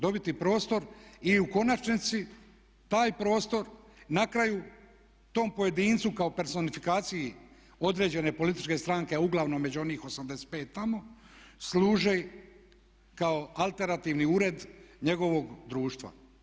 Dobiti prostor i u konačnici taj prostor na kraju tom pojedincu kao personifikaciji određene političke stranke a uglavnom među onih 85 tamo služe kao alternativni ured njegovog društva.